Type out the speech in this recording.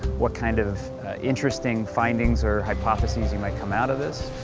what kind of intersting findings, or hypothesis you might come out of this.